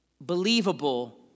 believable